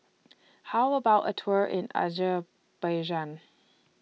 How about A Tour in Azerbaijan